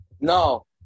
No